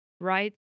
Right